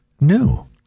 new